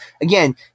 again